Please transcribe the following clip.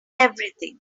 everything